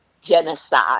Genocide